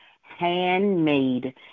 handmade